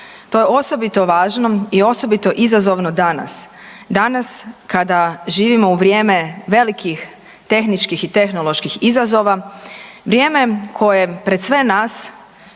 To je osobito važno i osobito izazovno danas, danas kada živimo u vrijeme velikih tehničkih i tehnoloških izazova. Vrijeme koje pred sve nas